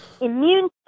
immune